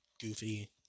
goofy